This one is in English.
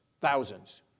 thousands